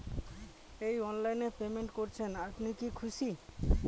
এই অনলাইন এ পেমেন্ট করছেন আপনি কি খুশি?